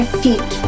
feet